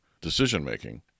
decision-making